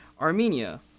Armenia